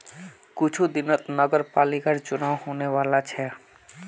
कुछू दिनत नगरपालिकर चुनाव होने वाला छ